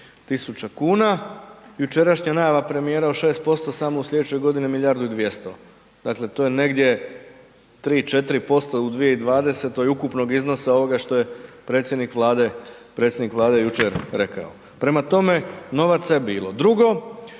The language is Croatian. kuna, jučerašnja najava premijera od 6% samo u slijedećoj godini milijardu i 200. Dakle, to je negdje 3 – 4% u 2020. ukupnog iznosa ovoga što je predsjednik Vlade, predsjednik Vlade jučer rekao. Prema tome novaca je bilo. Drugo,